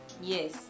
Yes